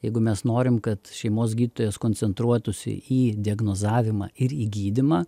jeigu mes norim kad šeimos gydytojas koncentruotųsi į diagnozavimą ir į gydymą